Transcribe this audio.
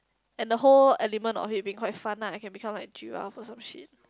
and the whole element of it being quite fun lah I can become like giraffe or some shit